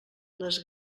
les